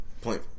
Point